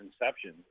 inception